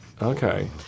Okay